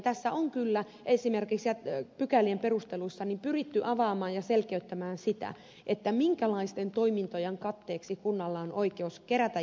tässä on kyllä esimerkiksi pykälien perusteluissa pyritty avaamaan ja selkeyttämään sitä minkälaisten toimintojen katteeksi kunnalla on oikeus kerätä jätemaksua